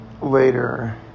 later